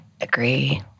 agree